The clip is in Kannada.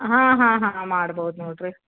ಹಾಂ ಹಾಂ ಹಾಂ ಮಾಡ್ಬೋದು ನೋಡಿರಿ